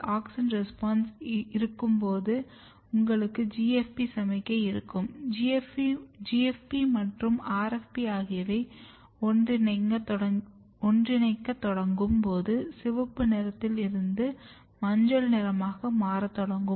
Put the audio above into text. auxin response இருக்கும்போது உங்களுக்கு GFP சமிக்ஞை இருக்கும் GFP மற்றும் RFP ஆகியவை ஒன்றிணைக்கத் தொடங்கும் போது சிவப்பு நிறத்தில் இருந்து மஞ்சள் நிறமாக மாறத் தொடங்கும்